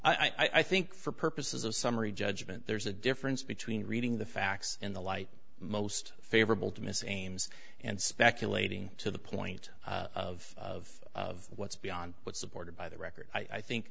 counsel i think for purposes of summary judgment there's a difference between reading the facts in the light most favorable to miss ames and speculating to the point of of what's beyond what's supported by the record i think